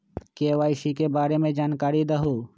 KYC के बारे में जानकारी दहु?